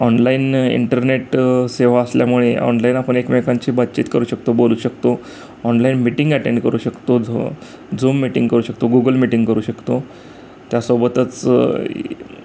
online internet सेवा असल्यामुळे online आपण एकमेकांची बातचीत करू शकतो बोलू शकतो ऑनलाईन मीटिंग अटेंड करू शकतो झो झूम मीटिंग करू शकतो गुगल मीटिंग करू शकतो त्यासोबतच